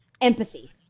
empathy